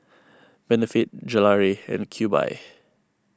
Benefit Gelare and Cube I